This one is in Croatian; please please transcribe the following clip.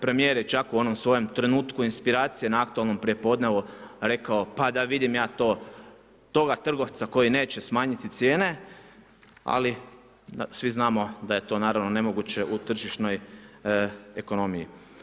Premijer je čak u onom svojem trenutku inspiracije na aktualnom prijepodnevu rekao, pa da vidim ja toga trgovca koji neće smanjiti cijene, ali svi znamo da je to naravno nemoguće u tržišnoj ekonomiji.